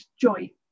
joy